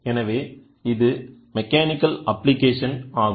எனவே இது mechanical application ஆகும்